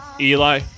Eli